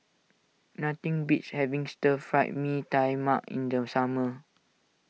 nothing beats having Stir Fried Mee Tai Mak in the summer